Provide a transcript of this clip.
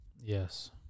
Yes